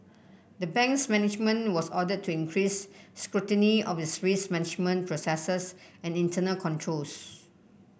the bank's management was ordered to increase scrutiny of its risk management processes and internal controls